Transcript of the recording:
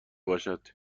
باشد